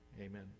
Amen